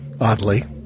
oddly